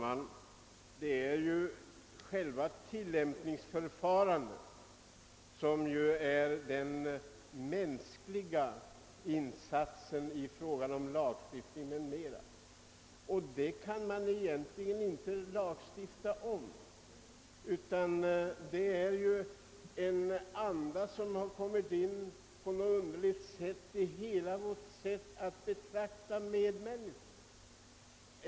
Herr talman! Det är själva tillämpningsförfarandet som utgör den mänskliga insatsen i fråga om lagstiftning. Man kan egentligen inte lagstifta om en sådan sak. I hela vårt sätt att betrakta våra medmänniskor har insmu git sig en underlig anda.